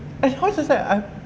of course I was like I